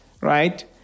right